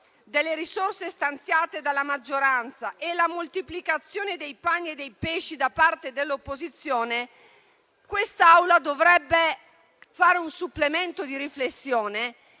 delle risorse stanziate dalla maggioranza e la moltiplicazione dei pani e dei pesci da parte dell'opposizione, quest'Assemblea dovrebbe fare un supplemento di riflessione